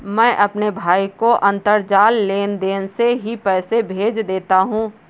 मैं अपने भाई को अंतरजाल लेनदेन से ही पैसे भेज देता हूं